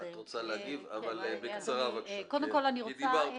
אבל בקצרה, כי כבר דיברת.